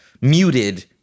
muted